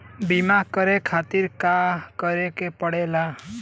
बीमा करे खातिर का करे के पड़ेला?